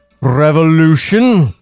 Revolution